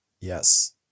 yes